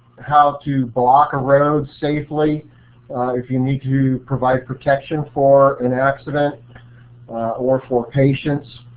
how to block a road safely if you need to provide protection for an accident or for patients